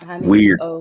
Weird